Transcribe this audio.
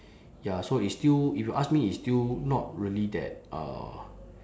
ya so it's still if you ask me it's still not really that uh